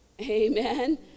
Amen